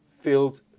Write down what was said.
filled